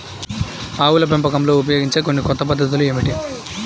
ఆవుల పెంపకంలో ఉపయోగించే కొన్ని కొత్త పద్ధతులు ఏమిటీ?